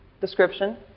description